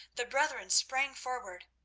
the brethren sprang forward.